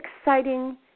exciting